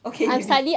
okay B_B